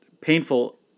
painful